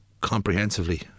comprehensively